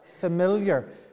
familiar